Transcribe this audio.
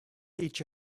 each